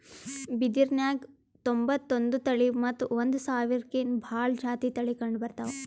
ಬಿದಿರ್ನ್ಯಾಗ್ ತೊಂಬತ್ತೊಂದು ತಳಿ ಮತ್ತ್ ಒಂದ್ ಸಾವಿರ್ಕಿನ್ನಾ ಭಾಳ್ ಜಾತಿ ತಳಿ ಕಂಡಬರ್ತವ್